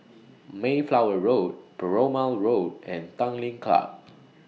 Mayflower Road Perumal Road and Tanglin Club